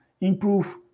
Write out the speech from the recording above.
improve